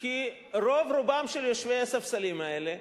כי רוב רובם של יושבי הספסלים האלה,